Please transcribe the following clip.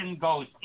goes